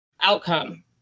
outcome